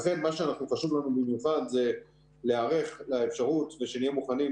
לכן מה שחשוב לנו במיוחד זה להיערך לאפשרות שנהיה מוכנים,